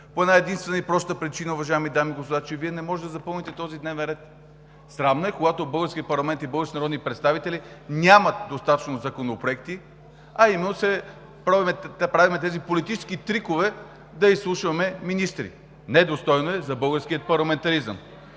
по една-единствена и проста причина, уважаеми дами и господа – Вие не можете да запълните този дневен ред! Срамно е, когато българският парламент и българските народни представители нямат достатъчно законопроекти, а правим тези политически трикове да изслушваме министри. Недостойно е за българския парламентаризъм!